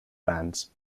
bands